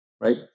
right